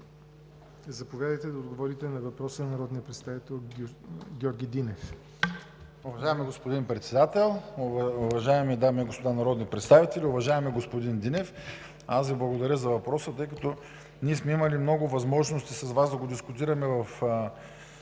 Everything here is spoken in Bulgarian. заповядайте да отговорите да въпроса на народния представител Георги Динев.